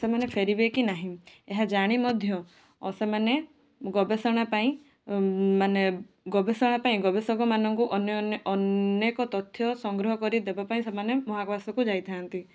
ସେମାନେ ଫେରିବେ କି ନାହିଁ ଏହା ଜାଣି ମଧ୍ୟ ସେମାନେ ଗବେଷଣା ପାଇଁ ମାନେ ଗବେଷଣା ପାଇଁ ଗବେଷକ ମାନଙ୍କୁ ଅନ୍ୟ ଅନ୍ୟ ଅନେକ ତଥ୍ୟ ସଂଗ୍ରହ କରି ଦେବାପାଇଁ ସେମାନେ ମହାକାଶକୁ ଯାଇଥାନ୍ତି